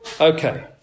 Okay